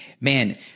man